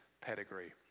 pedigree